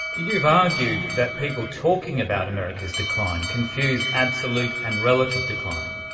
you've argued that people talking about america's decline confuse absolute and relative decline.